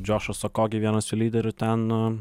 džiošas okogi vienas jų lyderių ten